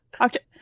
October